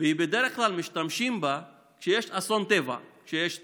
ובדרך כלל משתמשים בה כשיש אסון טבע, כשיש צונאמי,